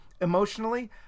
Emotionally